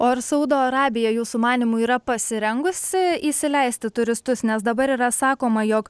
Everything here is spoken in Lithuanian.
o ar saudo arabija jūsų manymu yra pasirengusi įsileisti turistus nes dabar yra sakoma jog